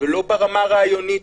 ולא ברמה הרעיונית,